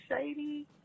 shady